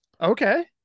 okay